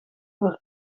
voor